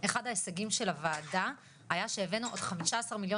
אחד ההישגים של הוועדה היה שהבאנו עוד 15 מיליון